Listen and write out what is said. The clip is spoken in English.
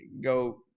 go